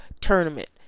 tournament